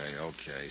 okay